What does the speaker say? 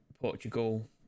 portugal